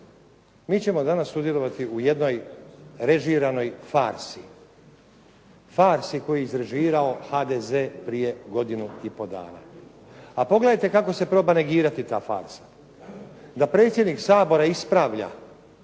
Mi ćemo danas sudjelovati u jednoj režiranoj farsi. Farsi koju je izrežirao HDZ prije godinu i pol dana. A pogledajte kako se proba negirati ta farsa. Da predsjednik Sabora ispravlja